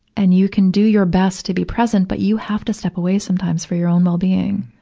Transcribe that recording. and you can do your best to be present, but you have to step away sometimes for your own well-being.